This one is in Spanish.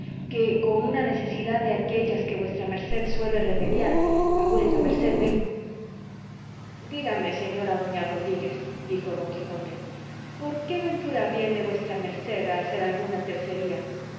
que con una necesidad de aquellas que vuestra merced suele remediar a vuestra merced vengo dígame señora doña rodríguez dijo don quijote por ventura viene vuestra merced a hacer alguna tercería